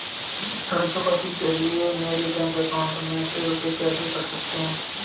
ऋण चुकौती के लिए मेरे बैंक अकाउंट में से रुपए कैसे कट सकते हैं?